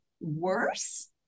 worse